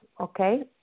okay